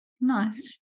Nice